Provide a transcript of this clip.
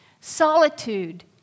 Solitude